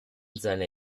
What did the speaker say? seiner